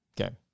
Okay